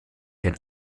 hier